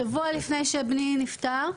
שבוע לפני שבני נפטר,